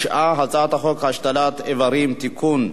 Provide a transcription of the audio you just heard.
9. הצעת החוק השתלת אברים (תיקון),